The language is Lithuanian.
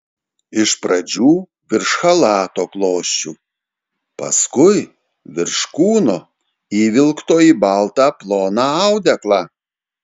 iš pradžių virš chalato klosčių paskui virš kūno įvilkto į baltą ploną audeklą